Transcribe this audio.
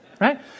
right